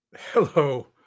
Hello